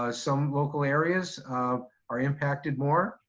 ah some local areas are impacted more.